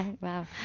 Wow